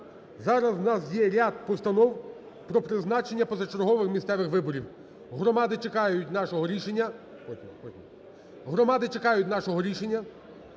зараз в нас є ряд постанов про призначення позачергових місцевих виборів. Громади чекають нашого рішення,